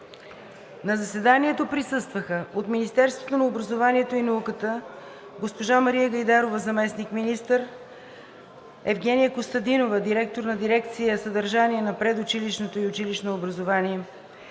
На заседанието присъстваха: от Министерството на образованието и науката госпожа Мария Гайдарова – заместник-министър на образованието и науката, и Евгения Костадинова – директор на дирекция „Съдържание на предучилищното и училищното образование“;